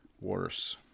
worse